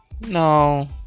No